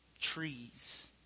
trees